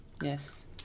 Yes